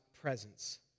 presence